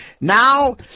Now